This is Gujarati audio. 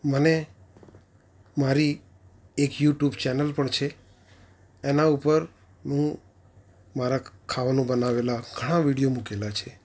મને મારી એક યુટ્યુબ ચેનલ પણ છે એના ઉપર હું મારા ખાવાનું બનાવેલા ઘણા વિડીયો મૂકેલા છે